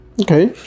Okay